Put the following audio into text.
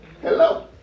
Hello